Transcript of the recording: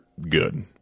good